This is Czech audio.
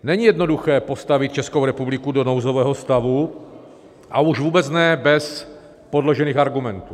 Není jednoduché postavit Českou republiku do nouzového stavu, a už vůbec ne bez podložených argumentů.